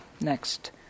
next